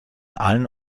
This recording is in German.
allen